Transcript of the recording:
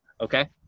okay